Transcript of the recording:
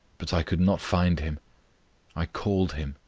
but i could not find him i called him,